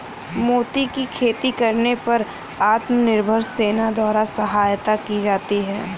मोती की खेती करने पर आत्मनिर्भर सेना द्वारा सहायता की जाती है